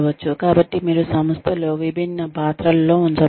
కాబట్టి మీరు సంస్థలో విభిన్న పాత్రలలో ఉంచబడతారు